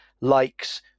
likes